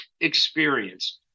experience